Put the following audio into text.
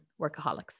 Workaholics